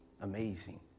amazing